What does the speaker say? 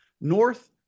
north